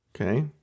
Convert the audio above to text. okay